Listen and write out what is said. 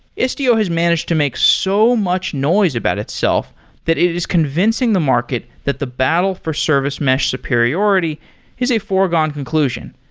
istio has managed and makes so much noise about itself that is convincing the market that the battle for service mesh superiority is a foregone conclusion.